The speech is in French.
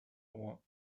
roi